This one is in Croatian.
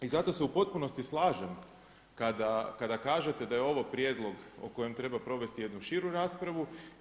I zato se u potpunosti slažem kada kažete da je ovo prijedlog o kojem treba provesti jednu širu raspravu.